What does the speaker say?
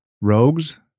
Rogues